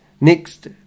next